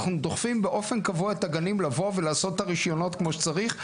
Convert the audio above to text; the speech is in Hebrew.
אנחנו דוחפים באופן קבוע את הגנים לבוא ולעשות את הרישיונות כמו שצריך,